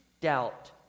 doubt